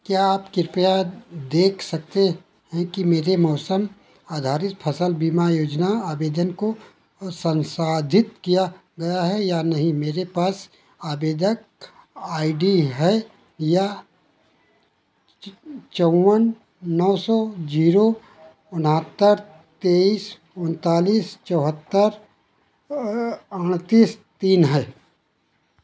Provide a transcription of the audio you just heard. क्या आप कृपया देख सकते हैं कि मेरे मौसम आधारित फसल बीमा योजना आवेदन को वो संसाधित किया गया है या नहीं मेरे पास आवेदक आइ डी है या चौवन नौ सौ जीरो उनहत्तर तेईस उनतालीस चौहत्तर तीस तीन है